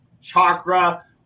chakra